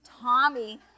Tommy